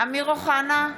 אמיר אוחנה,